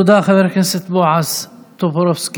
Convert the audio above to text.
תודה, חבר הכנסת בועז טופורובסקי.